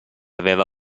aveva